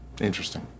Interesting